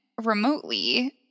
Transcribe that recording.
remotely